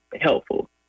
helpful